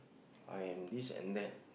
I am this and that